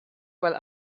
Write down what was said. while